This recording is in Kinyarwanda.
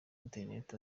internet